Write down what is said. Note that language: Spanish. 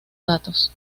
datos